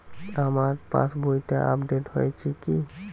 আমার পাশবইটা আপডেট হয়েছে কি?